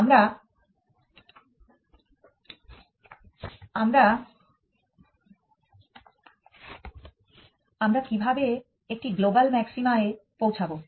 আমরা কীভাবে একটি গ্লোবাল ম্যাক্সিমা এ পৌঁছাবো